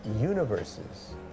universes